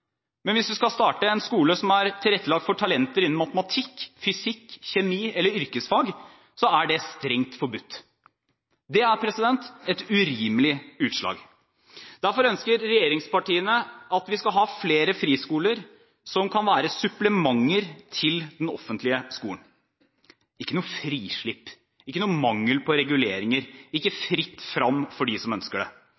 Men hvis man vil starte en skole som er tilrettelagt for talenter innenfor matematikk, fysikk, kjemi eller yrkesfag, er det strengt forbudt. Det er et urimelig utslag. Derfor ønsker regjeringspartiene at vi skal ha flere friskoler, som kan være supplementer til den offentlige skolen – ikke et frislipp, ikke mangel på reguleringer og ikke